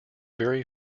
very